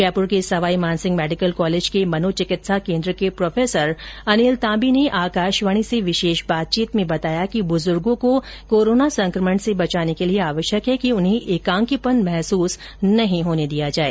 जयपुर के Sawai Man Singh medical college के मनोचिकित्सा केन्द्र के प्रोफेसर अनिल ताम्बी ने आकाशवाणी से विर्शेष बातचीत में बताया कि बुजुर्गो को कोरोना संकमण से बचाने के लिए आवश्यक है कि उन्हें एकांकीपन महसूस नहीं होने दिया जाए